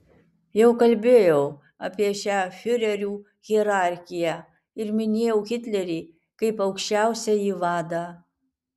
jau kalbėjau apie šią fiurerių hierarchiją ir minėjau hitlerį kaip aukščiausiąjį vadą